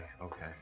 Okay